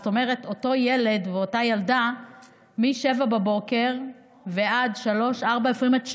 זאת אומרת שאותו ילד ואותה ילדה מ-07:00 בבוקר ועד 15:00-16:00,